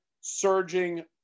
Surging